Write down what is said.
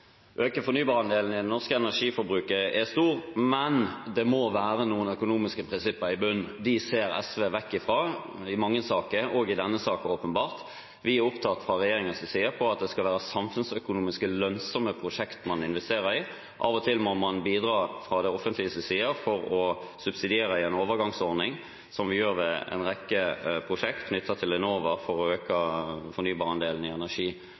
øke fornybardelen i det norske energiforbruket, er stor, men det må være noen økonomiske prinsipper i bunnen. Dem ser SV vekk fra i mange saker, åpenbart også i denne saken. Vi er fra regjeringens side opptatt av at det skal være samfunnsøkonomisk lønnsomme prosjekter man investerer i. Av og til må man bidra fra det offentliges side for å subsidiere en overgangsordning, som vi gjør i en rekke prosjekter knyttet til Enova for å øke fornybarandelen i